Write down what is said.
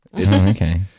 Okay